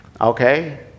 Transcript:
Okay